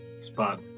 spot